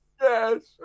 Yes